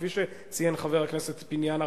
כפי שציין חבר הכנסת פיניאן,